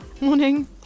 Morning